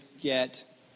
get